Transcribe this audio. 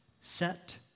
set